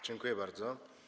Dziękuję bardzo.